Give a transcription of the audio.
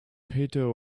heather